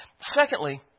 Secondly